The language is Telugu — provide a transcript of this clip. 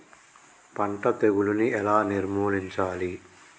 పంట తెగులుని ఎలా నిర్మూలించాలి?